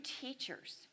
teachers